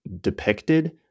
depicted